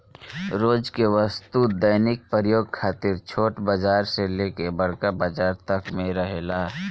रोज के वस्तु दैनिक प्रयोग खातिर छोट बाजार से लेके बड़का बाजार तक में रहेला